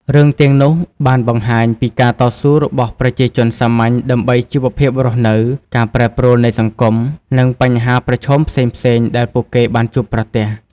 រឿងទាំងនោះបានបង្ហាញពីការតស៊ូរបស់ប្រជាជនសាមញ្ញដើម្បីជីវភាពរស់នៅ ការប្រែប្រួលនៃសង្គម និងបញ្ហាប្រឈមផ្សេងៗដែលពួកគេបានជួបប្រទះ។